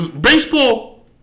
Baseball